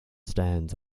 stands